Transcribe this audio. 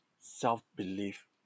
self-belief